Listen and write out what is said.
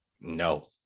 No